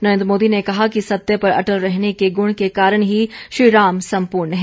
नरेंद्र मोदी ने कहा कि सत्य पर अटल रहने के गुण के कारण ही श्रीराम सम्पूर्ण हैं